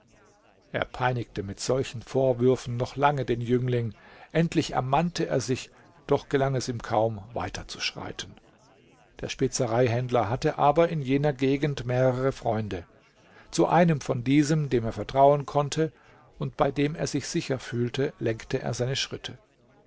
er peinigte mit solchen vorwürfen noch lange den jüngling endlich ermannte er sich doch gelang es ihm kaum weiter zu schreiten der spezereihändler hatte aber in jener gegend mehrere freunde zu einem von diesen dem er vertrauen konnte und bei dem er sich sicher fühlte lenkte er seine schritte